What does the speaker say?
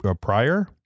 prior